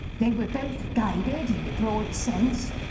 they were both guided, in a broad sense,